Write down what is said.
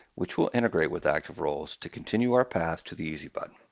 which will integrate with active roles to continue our path to the easy button.